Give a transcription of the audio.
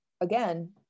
again